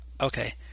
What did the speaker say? Okay